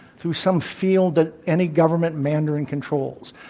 through some field that any government mandarin controls.